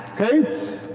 okay